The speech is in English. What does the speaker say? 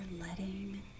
letting